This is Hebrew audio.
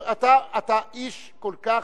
אתה איש כל כך,